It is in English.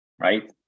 Right